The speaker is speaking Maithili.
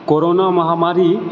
कोरोना महामारी